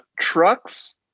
trucks